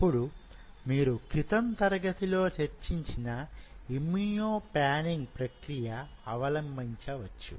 అప్పుడు మీరు క్రితం తరగతి లో చర్చించిన ఇమ్మ్యునో పాన్నింగ్ ప్రక్రియ అవలంబించ వచ్చు